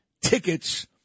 tickets